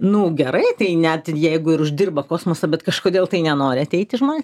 nu gerai tai net jeigu ir uždirba kosmosą bet kažkodėl tai nenori ateiti žmonės